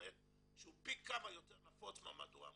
באינטרנט שהוא פי כמה יותר נפוץ מהמהדורה המודפסת.